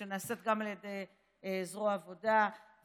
שנעשית גם על ידי זרוע העבודה,